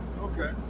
Okay